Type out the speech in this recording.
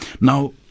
Now